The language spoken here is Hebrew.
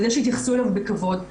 בזה שהתייחסו אליו בכבוד,